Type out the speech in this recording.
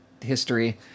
history